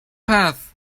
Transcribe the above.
path